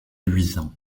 luisant